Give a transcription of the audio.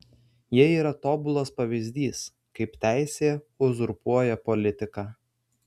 jie yra tobulas pavyzdys kaip teisė uzurpuoja politiką